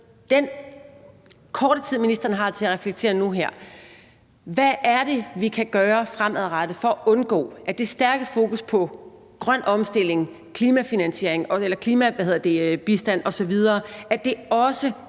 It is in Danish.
sin korte tid til at reflektere nu her sige lidt om: Hvad er det, vi kan gøre fremadrettet for at bevirke, at det stærke fokus på grøn omstilling, klimafinansiering, klimabistand osv. også